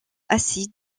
assis